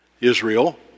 Israel